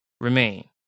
remain